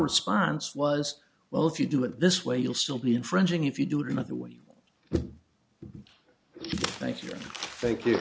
response was well if you do it this way you'll still be infringing if you do it another way but thank you thank you